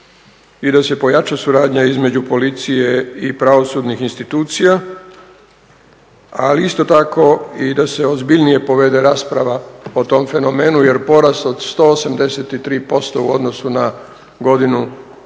i da se pojača suradnja između policije i pravosudnih institucija, a isto tako i da se ozbiljnije povede rasprava o tom fenomenu jer porast od 183% u odnosu na godinu